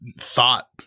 thought –